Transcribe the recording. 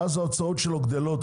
ואז ההוצאות שלו יגדלו,